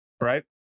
right